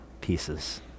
pieces